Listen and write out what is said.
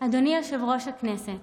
אדוני יושב-ראש הכנסת,